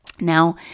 Now